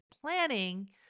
planning